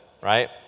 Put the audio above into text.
right